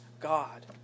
God